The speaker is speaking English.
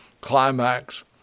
climax